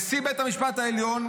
נשיא בית המשפט העליון,